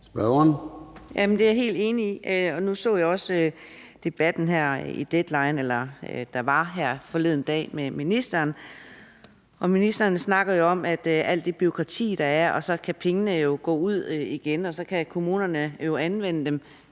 Det er jeg helt enig i. Nu så jeg også debatten i Deadline, der var her forleden dag, med ministeren. Ministeren snakker jo om alt det bureaukrati, der er, og at pengene kan komme ud igen, og at kommunerne så kan anvende dem